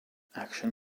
action